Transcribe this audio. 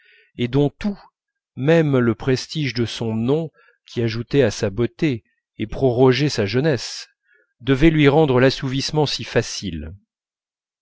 et dont tout même le prestige de son nom qui ajoutait à sa beauté et prorogeait sa jeunesse devait lui rendre l'assouvissement si facile